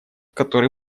который